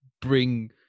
bring